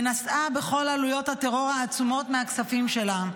ונשאה בכל עלויות הטרור העצומות מהכספים שלה.